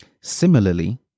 similarly